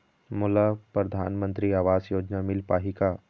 मोला परधानमंतरी आवास योजना मिल पाही का?